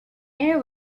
air